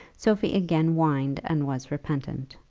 sophie again whined and was repentant.